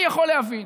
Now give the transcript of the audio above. אני יכול להבין.